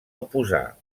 oposar